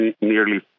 nearly